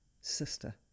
sister